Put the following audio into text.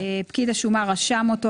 פקיד השומה רשם אותו,